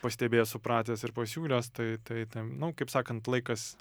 pastebėjęs supratęs ir pasiūlęs tai tai ten nu kaip sakant laikas